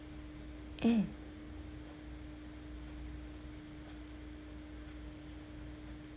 mm